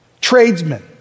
tradesmen